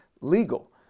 legal